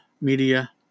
media